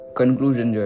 conclusion